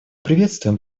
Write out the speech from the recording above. приветствуем